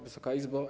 Wysoka Izbo!